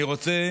אני רוצה